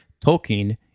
Tolkien